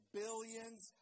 billions